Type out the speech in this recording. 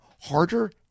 harder